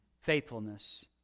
faithfulness